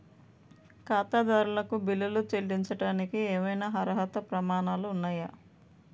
ఖాతాదారులకు బిల్లులు చెల్లించడానికి ఏవైనా అర్హత ప్రమాణాలు ఉన్నాయా?